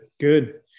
good